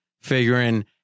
Figuring